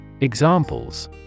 Examples